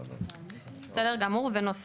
שהוא מתייחס